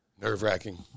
Nerve-wracking